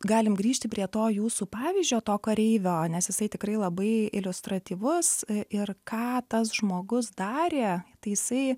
galim grįžti prie to jūsų pavyzdžio to kareivio nes jisai tikrai labai iliustratyvus ir ką tas žmogus darė tai jisai